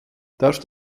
darf